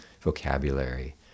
vocabulary